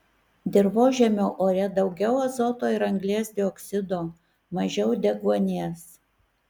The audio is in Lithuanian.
dirvožemio ore daugiau azoto ir anglies dioksido mažiau deguonies